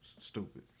stupid